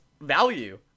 value